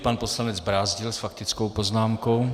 Pan poslanec Brázdil s faktickou poznámkou.